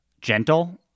gentle